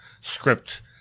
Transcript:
script